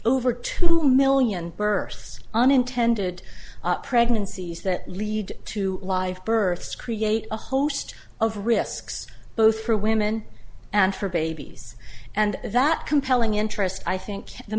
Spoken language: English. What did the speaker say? over two million births unintended pregnancies that lead to live births create a host of risks both for women and for babies and that compelling interest i think the